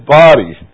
body